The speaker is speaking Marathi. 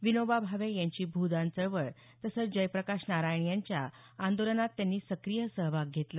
विनोबा भावे यांची भूदान चळवळ तसच जयप्रकाश नारायण यांच्या आंदोलनात त्यांनी सक्रिय सहभाग घेतला